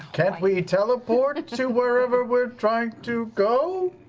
can't we teleport to wherever we're trying to go?